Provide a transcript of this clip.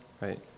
right